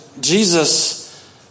Jesus